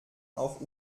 auch